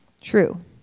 true